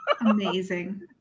Amazing